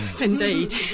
Indeed